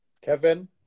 Kevin